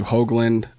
Hoagland